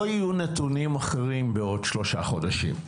לא יהיו נתונים חדשים בעוד שלושה חודשים.